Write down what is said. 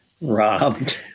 Robbed